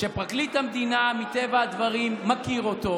שפרקליט המדינה מטבע הדברים מכיר אותו,